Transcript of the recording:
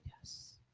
yes